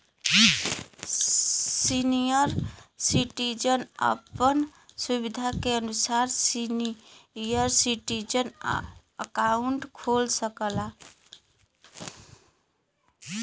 senior citizen आपन सुविधा के अनुसार सीनियर सिटीजन अकाउंट खोल सकला